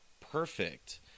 perfect